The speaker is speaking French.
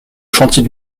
chantier